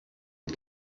and